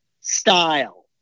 style